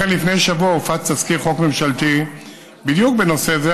לכן לפני שבוע הופץ תזכיר חוק ממשלתי בדיוק בנושא זה,